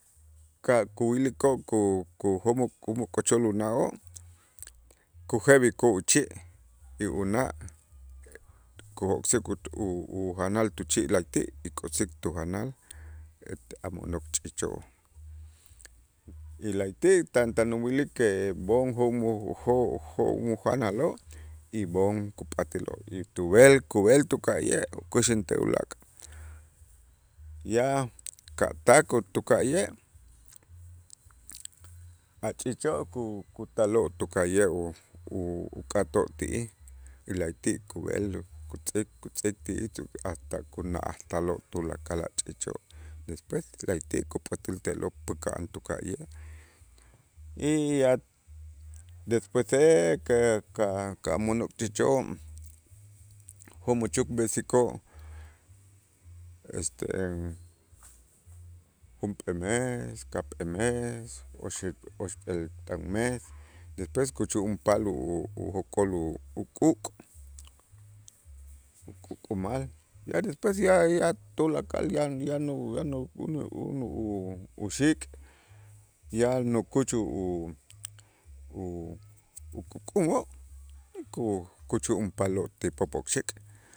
Ka' kuyilikoo' ku- kujo'mok k'ochol una'oo' kujeb'ik u- uchi' y una' kujok'sik u- ujanal tuchi' la'ayti' y kotz'ik tujanal ete a' mo'nok ch'iich'oo' y la'ayti' tan tan uwilikej b'oon jo'mol u- ujanaloo' y b'oon kup'atiloo' y kub'el kub'el tuka'ye' ukuxäntej ulaak' ya ka' tak utuka'ye' a' ch'iich'oo' ku- kutaloo' tuka'ye' u- u- uk'atoo' ti'ij y la'ayti' kub'el kutz'ik, kutz'ik ti'ij hasta kuna'aj taloo' tulakal a' ch'iich'oo', despues la'ayti' kup'atäl te'lo päk'a'an tuka'ye', y ya despuese que ka'-ka' mo'nok ch'iichoo' jo' muchuk b'isikoo' este junp'ee mes, ka'p'ee mes, oxpeel t'an mes, despues kuchu'unpal u- ujok'ol u- uk'uk' uk'uk'umal, ya despues ya- ya tulakal yan yanu yanu yanu yan |u- uxik' ya nukuch u- u- ukukumoo' ku- kuchu'unpaloo' ti popokxik'.